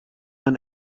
man